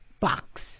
box